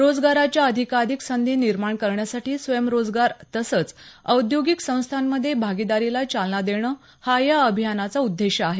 रोजगाराच्या अधिकाधिक संधी निमार्ण करण्यासाठी स्वयंरोजगार तसंच औद्योगिक संस्थांमध्ये भागीदारीला चालना देणं हा या अभियानाचा उद्देश आहे